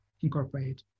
incorporate